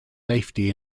safety